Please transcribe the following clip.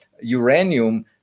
uranium